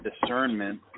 discernment